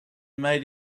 made